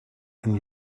and